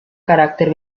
carácter